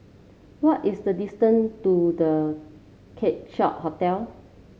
what is the distance to The Keong Saik Hotel